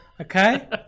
Okay